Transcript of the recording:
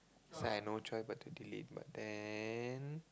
so I no choice but to delete but then